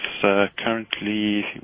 currently